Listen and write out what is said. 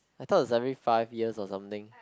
I thought it's like maybe five years or something